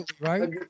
right